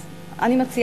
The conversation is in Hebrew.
אז אני מציעה